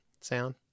sound